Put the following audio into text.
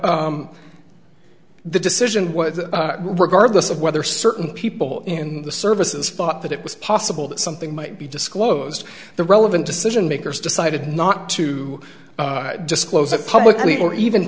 but the decision was regardless of whether certain people in the services thought that it was possible that something might be disclosed the relevant decision makers decided not to disclose it publicly or even